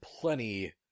plenty